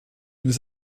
nous